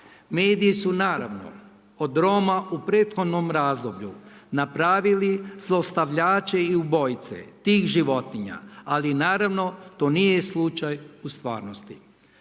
Mediji su naravno od Roma u prethodnom razdoblju napravili zlostavljače i ubojice tih životinja ali naravno to nije slučaj u stvarnosti.